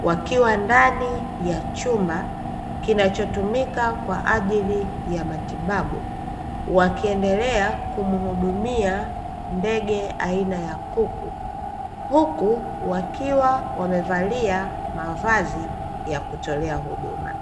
wakiwa ndani ya chumba kinachotumika kwa ajili ya matibabu. Wakiendelea kumuhudumia ndege aina ya kuku, huku wakiwa wamevalia mavazi ya kutolea huduma.